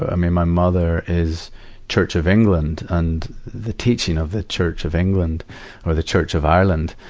i mean, my mother is church of england, and the teaching of the church of england or the church of ireland,